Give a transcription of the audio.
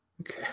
Okay